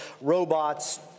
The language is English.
robots